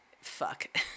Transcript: Fuck